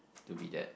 to be that